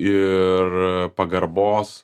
ir pagarbos